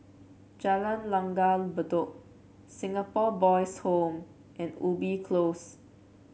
Jalan Langgar Bedok Singapore Boys' Home and Ubi Close